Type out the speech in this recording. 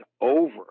over